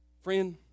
friend